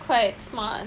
quite smart